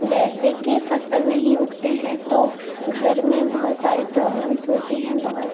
जैसे कि फसल नहीं उगते हैं तो घर में बहुत सारी प्रोब्लम्स होती है बहुत